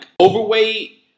overweight